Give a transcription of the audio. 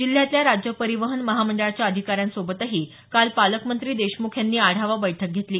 जिल्ह्यातल्या राज्य परिवहन महामंडळाच्या अधिकाऱ्यांसमवेतही काल पालकमंत्री देशमुख यांनी आढावा बैठक घेतली